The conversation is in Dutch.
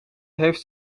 heeft